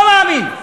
לא מאמין,